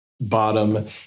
bottom